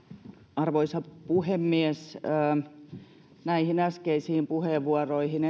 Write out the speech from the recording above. arvoisa puhemies näihin äskeisiin puheenvuoroihin